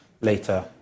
later